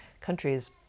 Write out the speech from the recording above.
countries